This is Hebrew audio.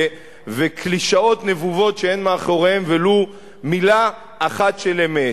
וקלישאות נבובות שאין מאחוריהם ולו מלה אחת של אמת.